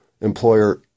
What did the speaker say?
employer